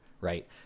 Right